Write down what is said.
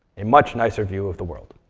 a much nicer view of the world.